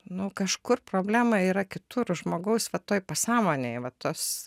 nu kažkur problema yra kitur žmogaus va toj pasąmonėje va tas